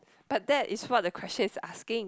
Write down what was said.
but that is what the question asking